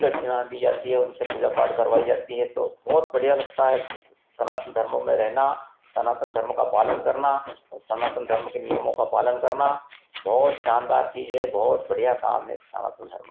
दक्षिणा दी जाती है उनसे पूजा पाठ करवाई जाती है तो बहुत बढ़िया लगता है सनातन धर्मों में रहना सनातन धर्म का पालन करना और सनातन धर्म के नियमों का पालन करना बहुत शानदार चीज़ है बहुत बढ़िया काम है सनातन धर्म का